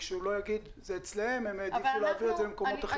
רק שלא יגיד שזה אצלכם אבל העדפתם להעביר את זה למקומות אחרים.